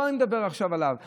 אני לא מדבר עליו עכשיו,